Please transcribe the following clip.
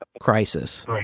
crisis